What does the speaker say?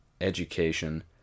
education